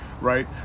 right